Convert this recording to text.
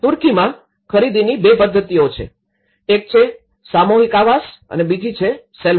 ટર્કીમાં ખરીદીની ૨ પદ્ધતિઓ છે એક છે સામૂહિક આવાસ અને બીજી છે સેલ્ફ હેલ્પ